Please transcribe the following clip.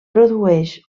produeix